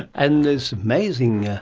and it's amazing,